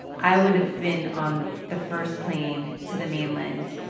i would've been on the first plane to the mainland